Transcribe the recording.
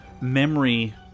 memory